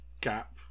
gap